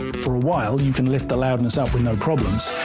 for a while, you can lift the loudness up with no problems.